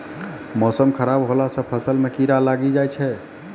मौसम खराब हौला से फ़सल मे कीड़ा लागी जाय छै?